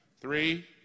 Three